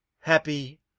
happy